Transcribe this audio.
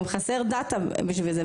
גם חסר דאטה בשביל זה.